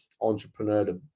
entrepreneur